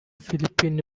philippines